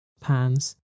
pans